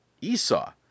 Esau